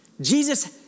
Jesus